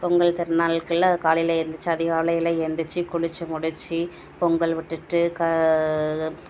பொங்கல் திருநாட்கள்ல காலையில் எந்திருச்சி அதிகாலையில் எந்திருச்சி குளித்து முடித்து பொங்கல் விட்டுட்டு